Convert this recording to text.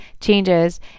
changes